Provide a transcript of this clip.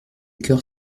cœur